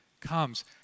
comes